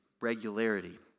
regularity